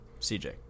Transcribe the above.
CJ